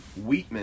Wheatman